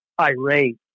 irate